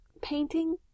Painting